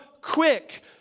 quick